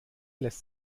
lässt